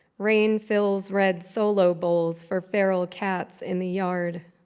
rain fills red solo bowls for feral cats in the yard.